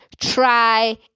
try